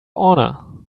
honor